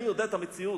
אני יודע את המציאות,